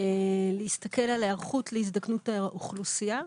היא להסתכל על היערכות להזדקנות האוכלוסייה.